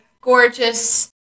gorgeous